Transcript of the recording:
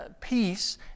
peace